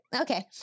okay